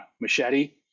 machete